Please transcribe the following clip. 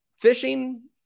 fishing